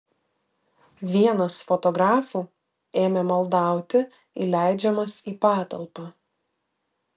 vienas fotografų ėmė maldauti įleidžiamas į patalpą